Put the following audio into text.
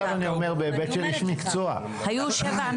היו שבעה